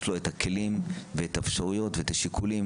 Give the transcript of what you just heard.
יש לו את הכלים ואת האפשרויות ואת השיקולים